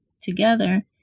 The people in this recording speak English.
together